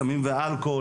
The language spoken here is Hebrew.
סמים ואלכוהול,